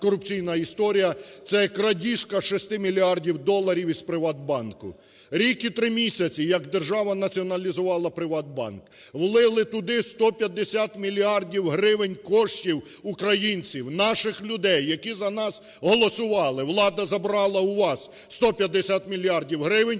мега-корупційна історія – це крадіжка 6 мільярдів доларів із "ПриватБанку". Рік і 3 місяці, як держава націоналізувала "ПриватБанк". Влили туди 150 мільярдів гривень коштів українців, наших людей, які за нас голосували. Влада забрала у вас 150 мільярдів гривень